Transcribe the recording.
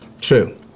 True